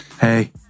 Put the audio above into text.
Hey